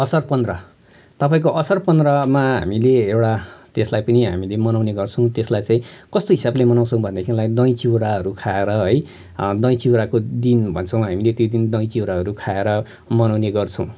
असार पन्ध्र तपाईँको असार पन्द्रमा हामीले एउटा त्यसलाई पनि हामीले मनाउने गर्छौँ त्यसला्ई चाहिँ कस्तो हिसाबले मनाउँछौँ भनेदेखिलाई चाहिँ चिउराहरू खाएर है चाहिँ चिउराको दिन भन्छौ हामी त्यो दिन दही चिउराहरू खाएर मनाउने गर्छौँ